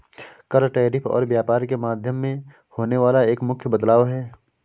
कर, टैरिफ और व्यापार के माध्यम में होने वाला एक मुख्य बदलाव हे